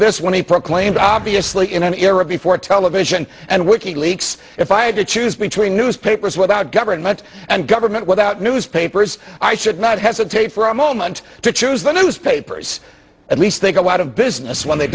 this when he proclaimed obviously in an era before television and wiki leaks if i had to choose between newspapers without government and government without newspapers i should not hesitate for a moment to choose the newspapers at least they go out of business when they